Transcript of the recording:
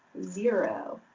zero,